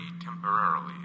temporarily